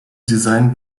designed